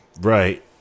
Right